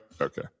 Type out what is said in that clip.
okay